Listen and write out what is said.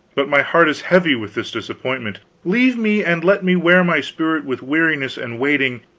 but my heart is heavy with this disappointment. leave me, and let me wear my spirit with weariness and waiting,